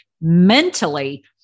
mentally